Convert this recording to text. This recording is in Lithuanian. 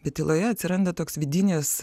bet tyloje atsiranda toks vidinis